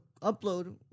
upload